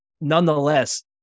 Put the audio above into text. nonetheless